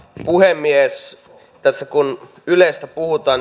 puhemies tässä kun ylestä puhutaan